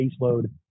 baseload